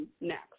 next